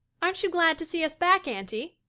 aren't you glad to see us back, aunty?